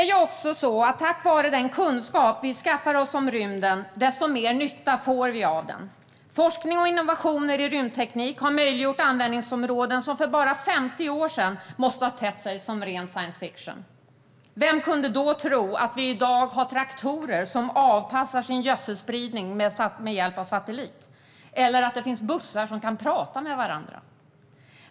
Ju mer kunskap vi skaffar oss om rymden, desto mer nytta får vi av den. Forskning och innovationer i rymdteknik har möjliggjort användningsområden som för bara 50 år sedan måste ha tett sig som ren science fiction. Vem kunde då tro att vi i dag skulle ha traktorer som avpassar sin gödselspridning med hjälp av satelliter eller bussar som kan "prata" med varandra?